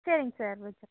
சரிங் சார் வெச்சுறேன்